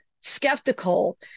skeptical